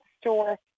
store